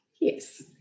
Yes